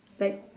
like